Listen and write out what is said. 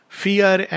fear